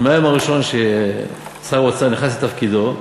אנחנו, מהיום הראשון ששר האוצר נכנס לתפקידו,